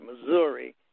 Missouri